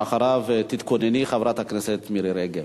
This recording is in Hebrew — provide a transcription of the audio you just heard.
ואחריו, תתכונני, חברת הכנסת מירי רגב.